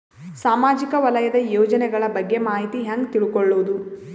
ಸಾಮಾಜಿಕ ವಲಯದ ಯೋಜನೆಗಳ ಬಗ್ಗೆ ಮಾಹಿತಿ ಹ್ಯಾಂಗ ತಿಳ್ಕೊಳ್ಳುದು?